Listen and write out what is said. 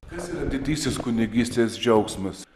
kas yra didysis kunigystės džiaugsmas